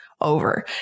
over